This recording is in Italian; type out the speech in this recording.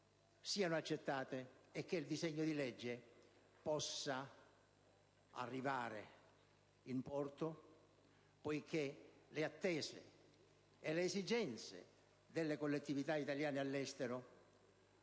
siano accettate e che il disegno di legge possa arrivare in porto, poiché le attese e le esigenze delle collettività italiane all'estero